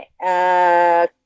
Okay